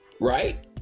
right